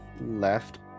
left